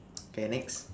okay next